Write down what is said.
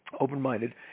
open-minded